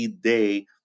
Day